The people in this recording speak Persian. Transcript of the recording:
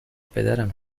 پدرم